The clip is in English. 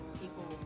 people